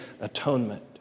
atonement